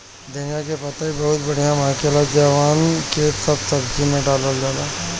धनिया के पतइ बहुते बढ़िया महके ला जवना के सब सब्जी में डालल जाला